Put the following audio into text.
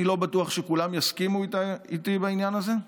אני לא בטוח שכולם יסכימו איתי בעניין הזה,